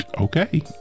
okay